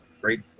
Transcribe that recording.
great